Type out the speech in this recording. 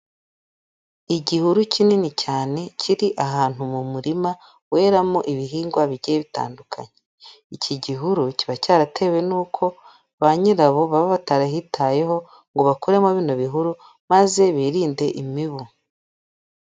Igihuru kinini cyane kiri ahantu mu murima weramo ibihingwa bigiye bitandukanye, iki gihuru kiba cyaratewe n'uko ba nyirabo baba batarahitayeho ngo bakuremo bino bihuru maze birinde imibu.